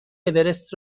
اورست